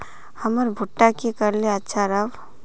हमर भुट्टा की करले अच्छा राब?